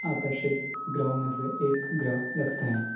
आकर्षित ग्रहों में से एक ग्रह लगता है